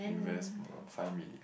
invest moer five million